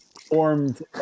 formed